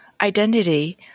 identity